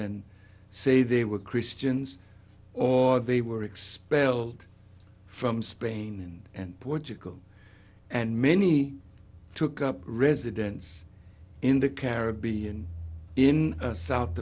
and say they were christians or they were expelled from spain and portugal and many took up residence in the caribbean in south